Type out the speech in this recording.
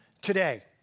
today